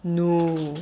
no